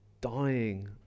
dying